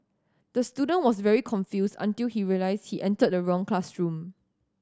the student was very confused until he realised he entered the wrong classroom